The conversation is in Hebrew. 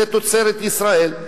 זה תוצרת ישראל.